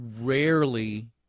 rarely